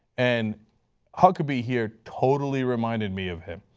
and huckabee here totally reminded me of him.